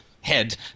head